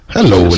Hello